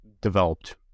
developed